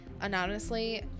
anonymously